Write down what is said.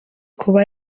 kuba